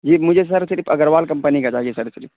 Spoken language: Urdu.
جی مجھے سر صرف اگروال کمپنی کا چاہیے سر صرف